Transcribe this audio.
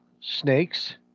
snakes